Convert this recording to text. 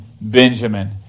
Benjamin